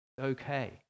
Okay